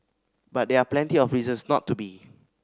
but there are plenty of reasons not to be